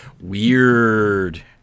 Weird